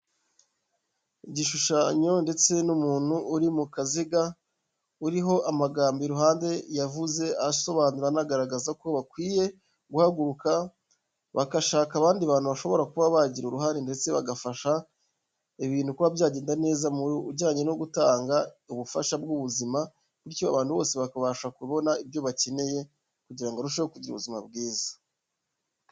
Igishushanyo ndetse n'umuntu uri mu kaziga, uriho amagambo iruhande yavuze asobanura anagaragaza ko bakwiye guhaguruka bagashaka abandi bantu bashobora kuba bagira uruhare ndetse bagafasha ibintu kuba byagenda neza mu bijyanye no gutanga ubufasha bw'ubuzima bityo abantu bose bakabasha kubona ibyo bakeneye kugira ngo barusheho kugira ubuzima bwiza.